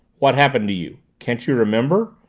what happened to you? can't you remember?